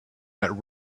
that